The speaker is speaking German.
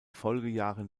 folgejahren